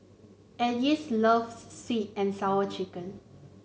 Ardyce loves sweet and Sour Chicken